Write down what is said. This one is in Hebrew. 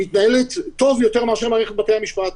מתנהלת טוב יותר מאשר מערכת בתי-המשפט.